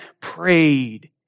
prayed